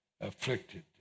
afflicted